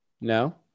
No